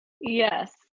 Yes